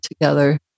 together